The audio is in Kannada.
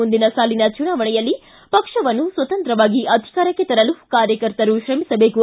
ಮುಂದಿನ ಸಾಲಿನ ಚುನಾವಣೆಯಲ್ಲಿ ಪಕ್ಷವನ್ನು ಸ್ಥತಂತ್ರವಾಗಿ ಅಧಿಕಾರಕ್ಕೆ ತರಲು ಕಾರ್ಯಕರ್ತರು ಶ್ರಮಿಸಬೇಕು